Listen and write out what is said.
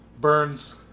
Burns